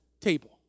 table